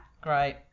Great